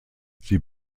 sie